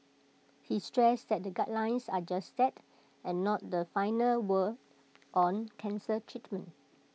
he stressed that the guidelines are just that and not the final word on cancer treatment